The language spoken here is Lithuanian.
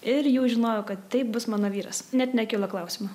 ir jau žinojau kad tai bus mano vyras net nekilo klausimų